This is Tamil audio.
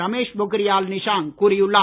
ரமேஷ் பொக்ரியால் நிஷாங்க் கூறியுள்ளார்